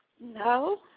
No